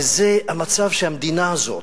וזה המצב שהמדינה הזאת,